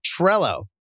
Trello